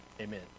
Amen